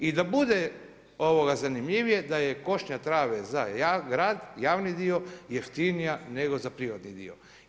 I da bude zanimljivije, da je košnja trave za grad, javni dio, jeftinija nego za privatni dio.